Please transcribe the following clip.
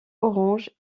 orange